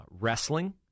wrestling